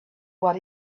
what